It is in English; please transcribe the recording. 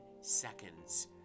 seconds